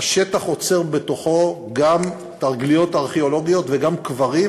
השטח אוצר בתוכו גם תגליות ארכיאולוגיות וגם קברים,